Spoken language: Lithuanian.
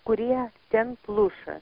kurie ten pluša